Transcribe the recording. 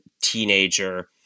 teenager